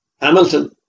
Hamilton